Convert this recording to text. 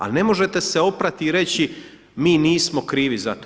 Ali ne možete se oprati i reći mi nismo krivi za to.